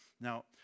Now